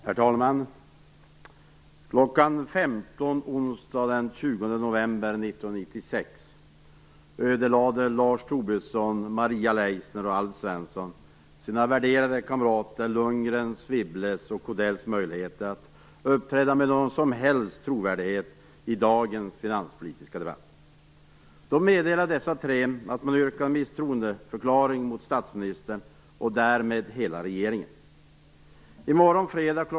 Herr talman! Kl. 15.00 onsdagen den 20 november 1996 ödelade Lars Tobisson, Maria Leissner och Wibbles och Odells möjligheter att uppträda med någon som helst trovärdighet i dagens finanspolitiska debatt. Då meddelade dessa tre att man yrkade misstroendeförklaring mot statsministern och därmed hela regeringen. I morgon, fredag, kl.